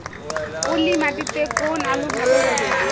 পলি মাটিতে কোন আলু ভালো হবে?